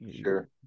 Sure